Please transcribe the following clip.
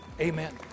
Amen